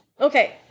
Okay